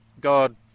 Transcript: God